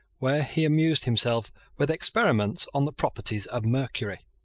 where he amused himself with experiments on the properties of mercury.